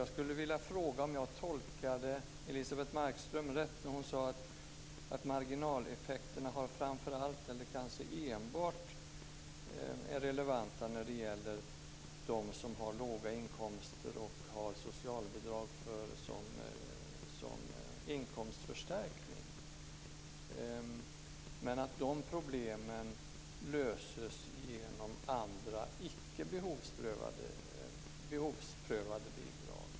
Jag vill fråga om jag tolkade Elisebeht Markström rätt när hon sade att marginaleffekterna enbart var relevanta när det gällde de som hade låga inkomster och uppbar socialbidrag som inkomstförstärkning och att man löser dessa problem genom andra, icke behovsprövade bidrag.